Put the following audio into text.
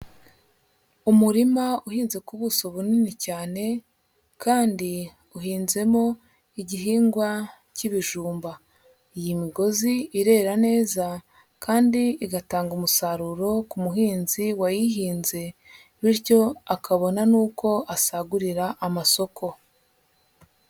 Umurima uhinze ku buso bunini cyane kandi uhinzemo igihingwa cy'ibijumba, iyi migozi irera neza kandi igatanga umusaruro ku muhinzi wayihinze, bityo akabona nuko asagurira amasoko.